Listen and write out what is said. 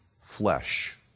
flesh